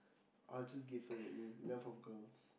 I'll just give her that name enough of girls